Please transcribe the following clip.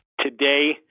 today